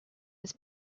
his